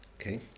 Okay